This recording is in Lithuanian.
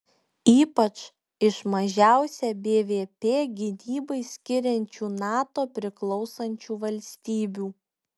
ypač iš mažiausią bvp gynybai skiriančių nato priklausančių valstybių